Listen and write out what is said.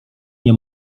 nie